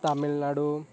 Tamil Nadu